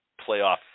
playoff